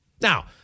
Now